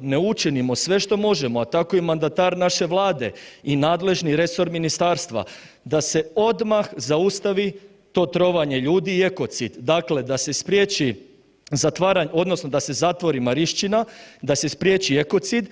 ne učinimo sve što možemo, a tako i mandatar naše vlade i nadležni resor ministarstva da se odmah zaustavi to trovanje ljudi i ekocid, dakle da se spriječi zatvaranje odnosno da se zatvori Marišćina, da se spriječi ekocid.